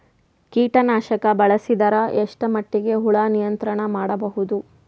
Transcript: ಕೀಟನಾಶಕ ಬಳಸಿದರ ಎಷ್ಟ ಮಟ್ಟಿಗೆ ಹುಳ ನಿಯಂತ್ರಣ ಮಾಡಬಹುದು?